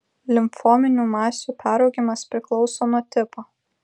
limfominių masių peraugimas priklauso nuo tipo